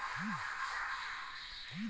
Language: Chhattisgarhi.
क्रेडिट बनवाय बर खाता म पईसा होना जरूरी हवय का?